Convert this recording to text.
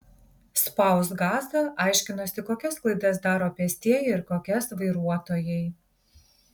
spausk gazą aiškinosi kokias klaidas daro pėstieji ir kokias vairuotojai